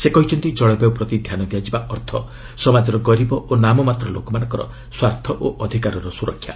ସେ କହିଛନ୍ତି ଜଳବାୟ ପ୍ରତି ଧ୍ୟାନ ଦିଆଯିବା ଅର୍ଥ ସମାଜର ଗରିବ ଓ ନାମମାତ୍ର ଲୋକମାନଙ୍କ ସ୍ୱାର୍ଥ ଓ ଅଧିକାରର ସୁରକ୍ଷା